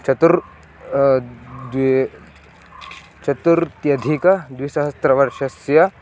चत्वारः द्वे चतुर्थ्यधिकद्विसहस्त्रतमवर्षस्य